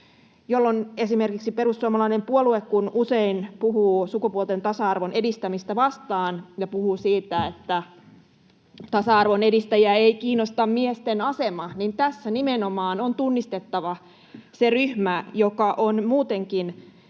ja kun esimerkiksi perussuomalainen puolue usein puhuu sukupuolten tasa-arvon edistämistä vastaan ja puhuu siitä, että tasa-arvon edistäjiä ei kiinnosta miesten asema, niin tässä nimenomaan on tunnistettava se ryhmä, joka on muutenkin